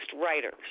writers